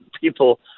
People